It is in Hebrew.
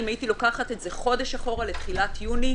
אם הייתי לוקחת את זה חודש אחורה לתחילת יוני,